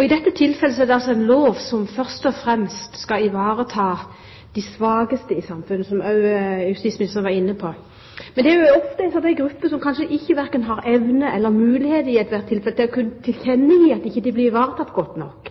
I dette tilfellet er det altså en lov som først og fremst skal ivareta de svakeste i samfunnet, som også justisministeren var inne på. Det er også ofte en gruppe som verken har evne eller mulighet til i ethvert tilfelle å tilkjennegi at de ikke blir ivaretatt godt nok.